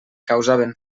causaven